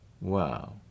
Wow